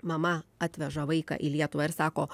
mama atveža vaiką į lietuvą ir sako